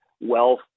wealth